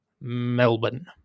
Melbourne